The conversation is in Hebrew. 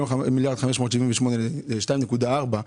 1.578 מיליארד לבין 2.4,